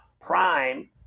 Prime